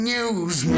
News